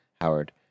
Howard